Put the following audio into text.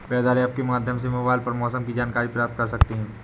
weather app के माध्यम से मोबाइल पर मौसम की जानकारी प्राप्त कर सकते हैं